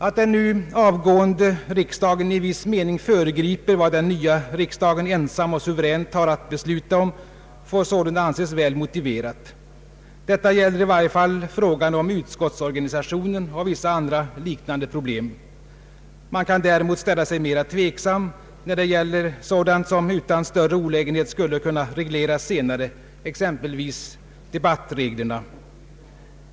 Att den nu avgående riksdagen i viss mening föregriper vad den nya riksdagen ensam och suveränt har att besluta om får sålunda anses väl motiverat. Detta gäller i varje fall frågan om utskottsorganisationen och vissa andra liknande problem. Man kan däremot ställa sig mera tveksam när det gäller sådant som utan större olägenhet skulle kunna regleras senare, exempelvis debattreglerna.